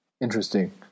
Interesting